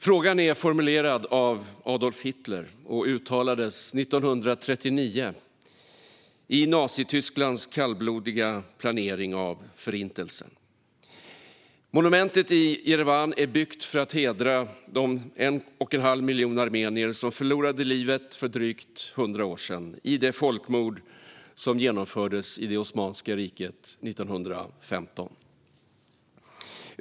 Frågan är formulerad av Adolf Hitler och uttalades 1939 i Nazitysklands kallblodiga planering av Förintelsen. Monumentet i Jerevan är byggt för att hedra de 1 1⁄2 miljoner armenier som förlorade livet för drygt 100 år sedan i det folkmord som genomfördes i Osmanska riket 1915.